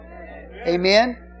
Amen